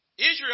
Israel